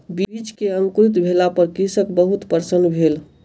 बीज के अंकुरित भेला पर कृषक बहुत प्रसन्न भेल